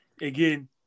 again